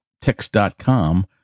Text.com